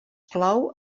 clou